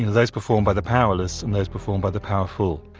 those performed by the powerless and those performed by the powerful.